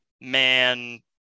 man